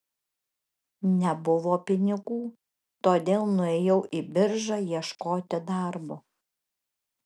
nebuvo pinigų todėl nuėjau į biržą ieškoti darbo